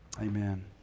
amen